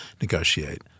negotiate